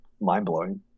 mind-blowing